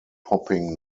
popping